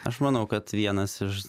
aš manau kad vienas iš